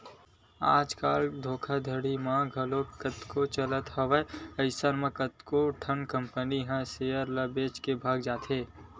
आज कल धोखाघड़ी घलो बिकट के चलत हवय अइसन म कतको ठन कंपनी ह सेयर बेच के भगा जाथे